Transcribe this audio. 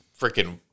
freaking